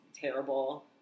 terrible